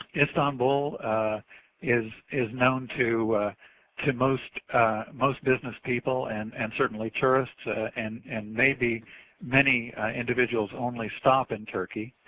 istanbul is is known to to most most business people and and certainly tourist and and maybe many individuals only stop in turkey.